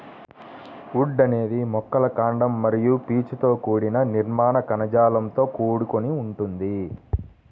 would అనేది మొక్కల కాండం మరియు పీచుతో కూడిన నిర్మాణ కణజాలంతో కూడుకొని ఉంటుంది